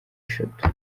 eshatu